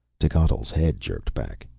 techotl's head jerked back,